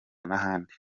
n’ahandi